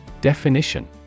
Definition